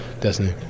destiny